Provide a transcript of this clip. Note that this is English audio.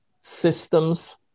systems